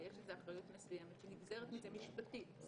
ויש אחריות מסוימת שנגזרת מזה משפטית,